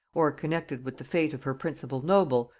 or connected with the fate of her principal noble,